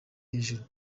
hejuru